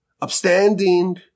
upstanding